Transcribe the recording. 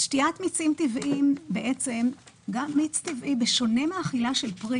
שתיית מיצים טבעיים, בשונה מאכילה של פרי